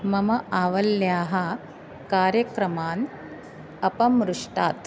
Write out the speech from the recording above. मम आवल्याः कार्यक्रमान् अपमृष्टात्